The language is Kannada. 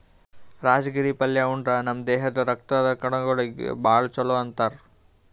ರಾಜಗಿರಿ ಪಲ್ಯಾ ಉಂಡ್ರ ನಮ್ ದೇಹದ್ದ್ ರಕ್ತದ್ ಕಣಗೊಳಿಗ್ ಭಾಳ್ ಛಲೋ ಅಂತಾರ್